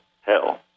hell